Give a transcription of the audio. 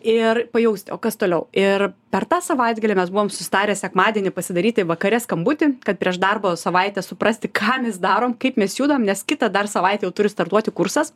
ir pajausti o kas toliau ir per tą savaitgalį mes buvom susitarę sekmadienį pasidaryti vakare skambutį kad prieš darbo savaitę suprasti ką mes darom kaip mes judam nes kitą dar savaitę turi startuoti kursas